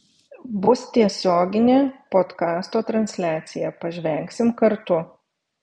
bus tiesioginė podkasto transliacija pažvengsim kartu